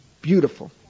Beautiful